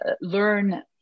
learn